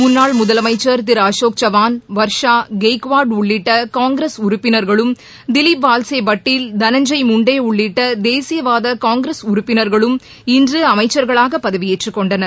முன்னாள் முதலமைச்சர் திரு அளேக் சவான் வர்ஷா கெய்க்வாட் உள்ளிட்ட காங்கிரஸ் உறுப்பினர்களும் திலிப் வால்சே பட்டில் தனஞ்செய் முன்டே உள்ளிட்ட தேசிய வாத காங்கிரஸ் உறப்பினர்களும் இன்று அமைச்சர்களாக பதவியேற்றுக்கொண்டனர்